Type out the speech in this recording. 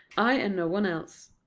i and no one else.